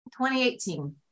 2018